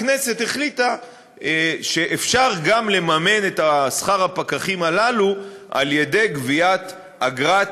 הכנסת החליטה שאפשר גם לממן את שכר הפקחים הללו על ידי גביית אגרת